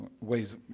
ways